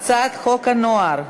הצעת חוק הנוער (שפיטה,